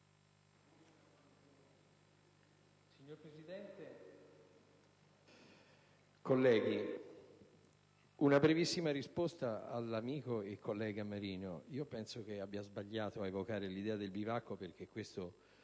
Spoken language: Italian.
Signor Presidente, colleghi, una brevissima risposta all'amico e collega Mauro Marino. Penso abbia sbagliato ad evocare l'idea del bivacco: questo